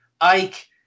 Ike